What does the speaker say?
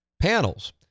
panels